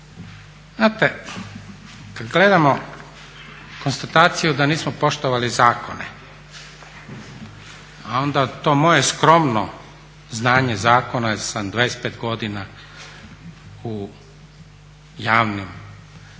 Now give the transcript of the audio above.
Znate kada gledamo konstataciju da nismo poštovali zakone, a onda to moje skromno zakona jer sam 25 godina u javnim poslovnima,